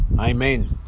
Amen